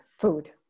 Food